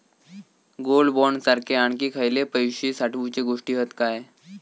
Gold bond सारखे आणखी खयले पैशे साठवूचे गोष्टी हत काय?